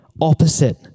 opposite